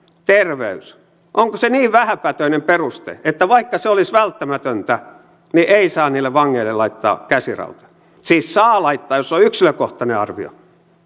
terveys niin vähäpätöinen peruste että vaikka se olisi välttämätöntä niin ei saa niille vangeille laittaa käsirautoja siis saa laittaa jos on yksilökohtainen arvio